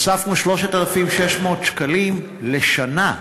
הוספנו, 3,600 שקלים לשנה.